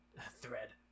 Thread